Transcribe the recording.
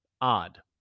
odd